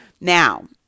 Now